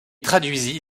traduisit